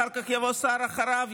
אחר כך יבוא שר אחריו,